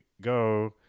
go